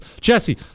Jesse